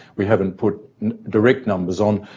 we haven't put direct numbers on,